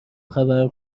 خبر